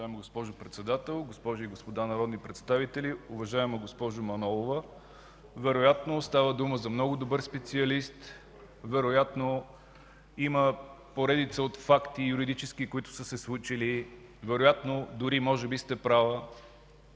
Уважаема госпожо Председател, госпожи и господа народни представители! Уважаема госпожо Манолова, вероятно става дума за много добър специалист, вероятно има поредица от юридически факти, които са се случили, вероятно дори може би сте права.